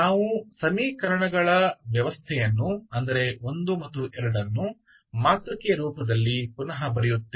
ನಾವು ಸಮೀಕರಣಗಳ ವ್ಯವಸ್ಥೆಯನ್ನು 1 ಮತ್ತು 2 ಮಾತೃಕೆ ರೂಪದಲ್ಲಿ ಪುನಃ ಬರೆಯುತ್ತೇವೆ